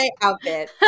outfit